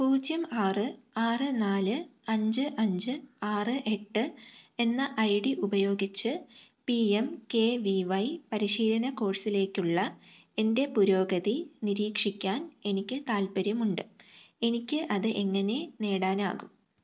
പൂജ്യം ആറ് ആറ് നാല് അഞ്ച് അഞ്ച് ആറ് എട്ട് എന്ന ഐ ഡി ഉപയോഗിച്ച് P M K V Y പരിശീലന കോഴ്സിലേക്കുള്ള എന്റെ പുരോഗതി നിരീക്ഷിക്കാൻ എനിക്ക് താൽപ്പര്യമുണ്ട് എനിക്ക് അത് എങ്ങനെ നേടാനാകും